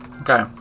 Okay